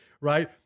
right